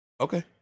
Okay